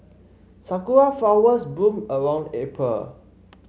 sakura flowers bloom around April